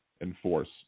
enforce